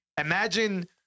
Imagine